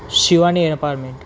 Shivani apartment